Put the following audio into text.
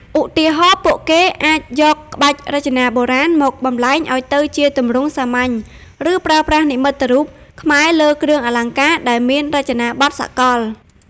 ឧទាហរណ៍ ពួកគេអាចយកក្បាច់រចនាបុរាណមកបំប្លែងឱ្យទៅជាទម្រង់សាមញ្ញ ឬប្រើប្រាស់និមិត្តរូបខ្មែរលើគ្រឿងអលង្ការដែលមានរចនាបថសកល។